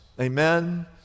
amen